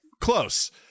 close